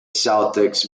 celtics